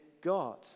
God